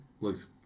Looks